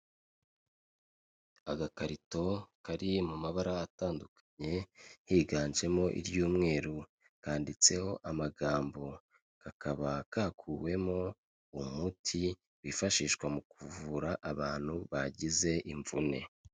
Agakarito kari mu mabara atandukanye higanjemo iry'umweru kanditseho amagambo kakaba kakuwemo umuti wifashishwa mu kuvura abantu bagize imvune.